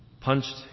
Punched